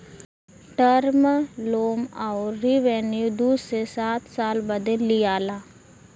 term loan अउर revenue दू से सात साल बदे लिआला